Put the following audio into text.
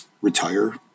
retire